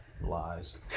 Lies